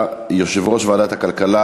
אנחנו עוברים להחלטת ועדת הכלכלה